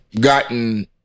gotten